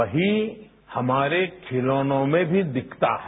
वहीं हमारे खिलौनों में दिखता है